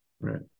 Right